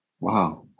wow